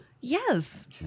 Yes